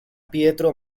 pietro